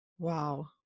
Wow